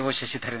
O Sasidharan